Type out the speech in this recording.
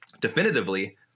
definitively